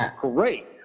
great